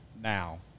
now